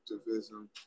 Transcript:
activism